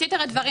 אני